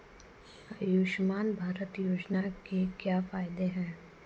आयुष्मान भारत योजना के क्या फायदे हैं?